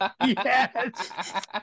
Yes